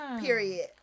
Period